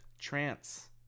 trance